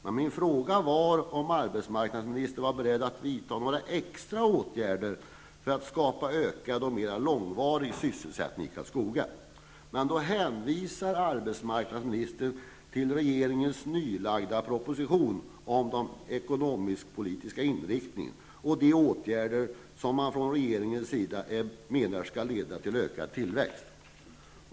Men min fråga var om arbetsmarknadsministern var beredd att vidta några extra åtgärder för att skapa ökad och mer långvarig sysselsättning i Då hänvisar arbetsmarknadsministern till regeringens nyligen framlagda proposition om den ekonomisk politiska inriktningen och de åtgärder som man från regeringens sida menar skall leda till ökad tillväxt.